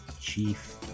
chief